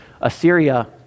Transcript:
Assyria